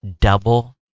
double